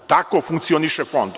Tako funkcioniše Fond.